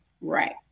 Right